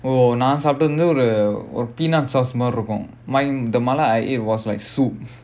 நான் சாப்டது வந்து ஒரு:naan saaptathu vandhu oru peanut sauce மாதிரி இருக்கும்:maadhiri irukkum like the mala I ate was like soup